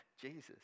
Jesus